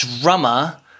drummer